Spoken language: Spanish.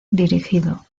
dirigido